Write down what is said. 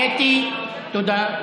קטי, תודה.